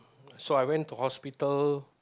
so I went to hospital